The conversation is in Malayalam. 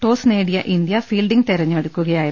ടോസ് നേടിയ ഇന്തൃ ഫീൽഡിംഗ് തെരഞ്ഞെടുക്കുകയായിരുന്നു